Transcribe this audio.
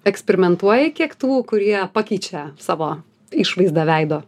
eksperimentuoji kiek tų kurie pakeičia savo išvaizdą veido